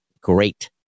great